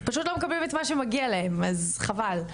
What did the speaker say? פשוט לא מקבלים את מה שמגיע להם אז חבל.